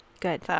Good